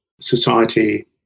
society